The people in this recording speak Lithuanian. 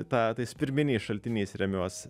tą tais pirminiais šaltiniais remiuos